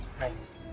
right